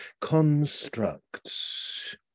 constructs